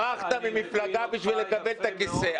ברחת ממפלגה בשביל לקבל את הכיסא.